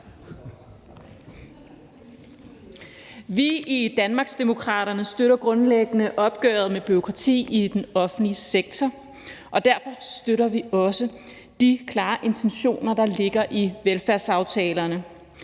I Danmarksdemokraterne støtter vi grundlæggende opgøret med bureaukrati i den offentlige sektor, og derfor støtter vi også de klare intentioner, der ligger i velfærdsaftalerne.